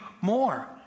more